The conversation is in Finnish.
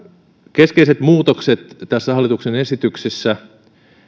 keskeiset muutokset tässä hallituksen esityksessä